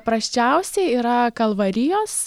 prasčiausiai yra kalvarijos